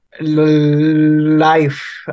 life